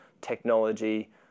technology